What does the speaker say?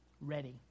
ready